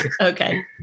okay